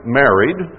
married